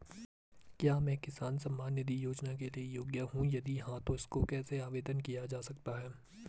क्या मैं किसान सम्मान निधि योजना के लिए योग्य हूँ यदि हाँ तो इसको कैसे आवेदन किया जा सकता है?